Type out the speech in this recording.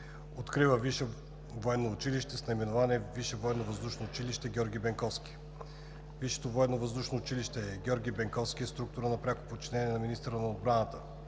Открива висше военно училище с наименование „Висше военновъздушно училище „Георги Бенковски“. 2. Висшето военновъздушно училище „Георги Бенковски“ е структура на пряко подчинение на министъра на отбраната